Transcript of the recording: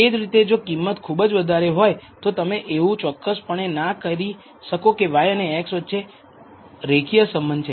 તે જ રીતે જો કિંમત ખુબજ વધારે હોય તો તમે એવું ચોક્કસપણે ના કરી શકો કે y અને x વચ્ચે રેખીય સંબંધ છે